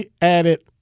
added